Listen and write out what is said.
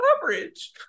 coverage